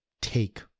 take